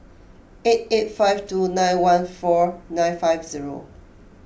eight eight five two nine one four nine five zero